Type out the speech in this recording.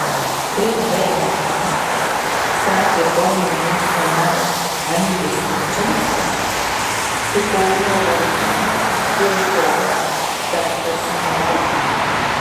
kaip bns sakė kauno miesto meras andrius kupčinskas su kauno valdžia dėl to tartasi nebuvo